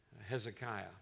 Hezekiah